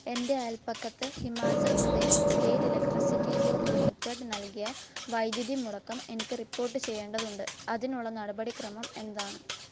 എന്റെ അയൽപക്കത്ത് Himachal Pradesh state electricity board limited നൽകിയ വൈദ്യുതി മുടക്കം എനിക്ക് റിപ്പോർട്ട് ചെയ്യേണ്ടതുണ്ട് അതിനുള്ള നടപടിക്രമം എന്താണ്